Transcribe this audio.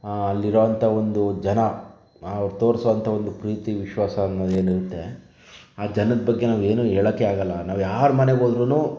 ಅಲ್ಲಿರೋವಂಥ ಒಂದು ಜನ ಅವರು ತೋರ್ಸೋವಂಥ ಒಂದು ಪ್ರೀತಿ ವಿಶ್ವಾಸ ಅನ್ನೋದು ಏನಿರುತ್ತೆ ಆ ಜನದ ಬಗ್ಗೆ ನಾವು ಏನೂ ಹೇಳೋಕ್ಕೇ ಆಗಲ್ಲ ನಾವ್ಯಾರ ಮನೆಗೆ ಹೋದರೂನು